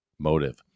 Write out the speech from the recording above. motive